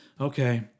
okay